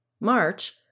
March